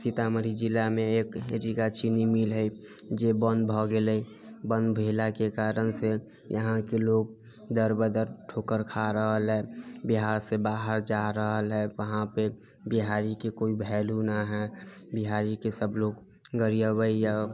सीतामढ़ी जिलामे एक रीगा चीनी मिल है जे बन्द भऽ गेलै बन्द भेलाके कारणसँ यहाँके लोक दर ब दर ठोकर खा रहल है बिहारसँ बाहर जा रहल है वहाँपे बिहारीके कोइ भेल्यु न है बिहारीके सभ लोक गरियबै यऽ